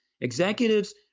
executives